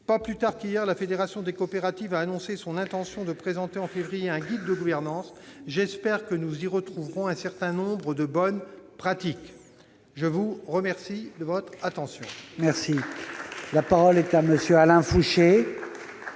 Pas plus tard qu'hier, la fédération des coopératives a annoncé son intention de présenter en février un guide de gouvernance. J'espère que nous y retrouverons un certain nombre de bonnes pratiques. La parole est à M. Alain